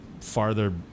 farther